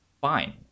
fine